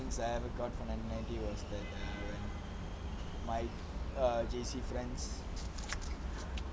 things I ever got from nineteen ninety was err my J_C friends